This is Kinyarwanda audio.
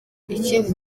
ikindi